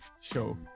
show